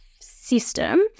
system